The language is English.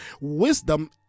Wisdom